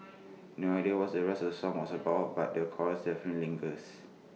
no idea what the rest of the song was about but the chorus definitely lingers